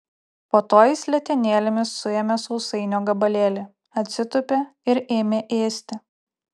po to jis letenėlėmis suėmė sausainio gabalėlį atsitūpė ir ėmė ėsti